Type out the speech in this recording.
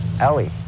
Ellie